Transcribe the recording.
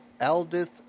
Aldith